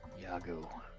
Yago